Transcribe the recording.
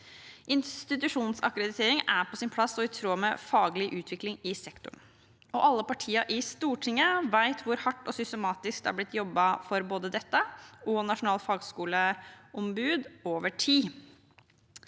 Institusjonsakkreditering er på sin plass og i tråd med faglig utvikling i sektoren. Alle partiene i Stortinget vet hvor hardt og systematisk det over tid har blitt jobbet både for dette og for nasjonalt fagskoleombud. I år er